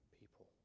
people